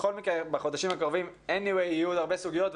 בכל מקרה בחודשים הקרובים יהיו עוד הרבה מאוד סוגיות,